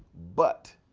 but,